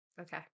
Okay